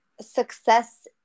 success